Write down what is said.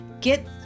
get